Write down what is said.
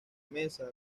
mesa